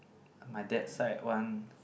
my dad side one